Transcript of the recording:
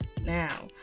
Now